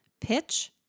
pitch